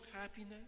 happiness